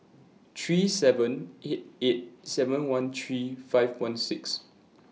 three seven eight eight seven one three five one six